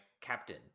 captain